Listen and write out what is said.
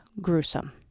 gruesome